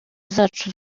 zacu